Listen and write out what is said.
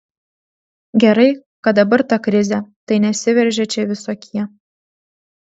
gerai kad dabar ta krizė tai nesiveržia čia visokie